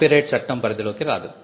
copyright చట్టం పరిధిలోకి రాదు